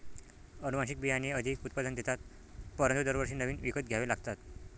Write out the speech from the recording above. अनुवांशिक बियाणे अधिक उत्पादन देतात परंतु दरवर्षी नवीन विकत घ्यावे लागतात